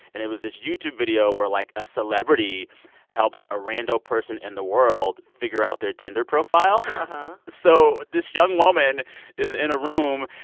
and it was this youtube video where, like, a celebrity helps a rando person in the world figure out their tinder profile uh-huh so this young woman is in a room,